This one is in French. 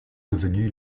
devenue